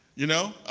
you know?